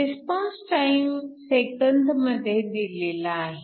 response time second मध्ये दिलेला आहे